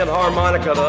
harmonica